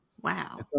Wow